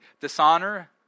Dishonor